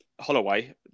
Holloway